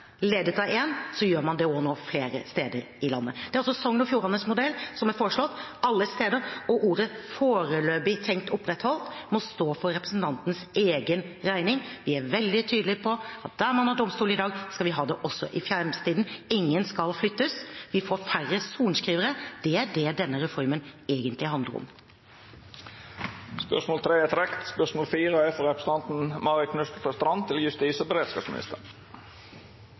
ledet av én, gjør man det nå også flere steder i landet? Det er Sogn og Fjordanes modell som er foreslått alle steder. Uttrykket «foreløpig tenkt opprettholdt» må stå for representantens egen regning. Vi er veldig tydelige på at der man har domstol i dag, skal vi ha det også i framtiden. Ingen skal flyttes. Vi får færre sorenskrivere. Det er det denne reformen egentlig handler om. Spørsmålet er trekt tilbake. «Valdres tingrett ønsker ikke å bli lagt ned og har i høringssvaret skrevet følgende: «At det skal være åpenbare kvalitetsforskjeller mellom store og